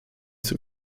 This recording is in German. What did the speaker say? zur